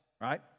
right